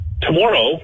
tomorrow